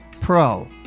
Pro